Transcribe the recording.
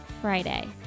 Friday